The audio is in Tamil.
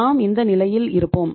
நாம் இந்த நிலையில் இருப்போம்